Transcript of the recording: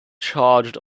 charged